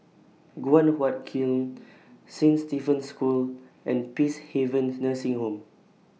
Guan Huat Kiln Saint Stephen's School and Peacehaven Nursing Home